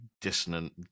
dissonant